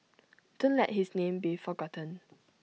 don't let his name be forgotten